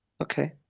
Okay